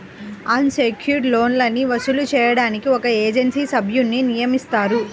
అన్ secured లోన్లని వసూలు చేయడానికి ఒక ఏజెన్సీ సభ్యున్ని నియమిస్తారు